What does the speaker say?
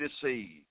deceived